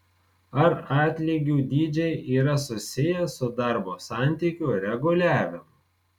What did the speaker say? ar atlygių dydžiai yra susiję su darbo santykių reguliavimu